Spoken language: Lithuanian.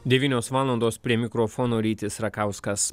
devynios valandos prie mikrofono rytis rakauskas